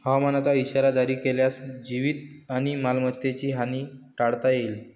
हवामानाचा इशारा जारी केल्यास जीवित आणि मालमत्तेची हानी टाळता येईल